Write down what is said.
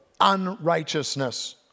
unrighteousness